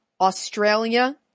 Australia